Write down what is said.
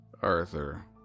Arthur